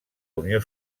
unió